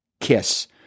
kiss